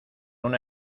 una